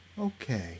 Okay